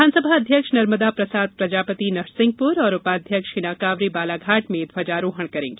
विधानसभा अध्यक्ष नर्मदा प्रसाद प्रजापति नरसिंहपुर और उपाध्यक्ष हीना कांवरे बालाघाट में ध्वजारोहण करेंगी